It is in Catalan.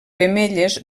femelles